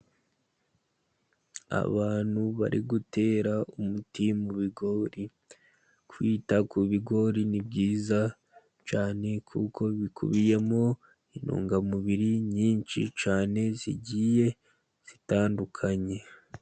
Abantu bari gutera umuti mu bigori, kwita ku bigori ni byiza cyane, kuko bikubiyemo intungamubiri nyinshi cyane, zigiye zitandukanye.